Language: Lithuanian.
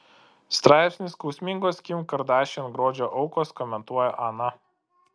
straipsnį skausmingos kim kardashian grožio aukos komentuoja ana